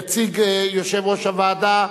יציג יושב-ראש הוועדה,